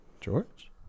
George